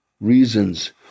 reasons